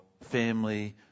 family